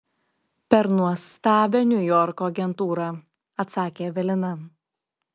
per nuostabią niujorko agentūrą atsakė evelina